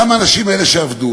גם האנשים האלה שעבדו,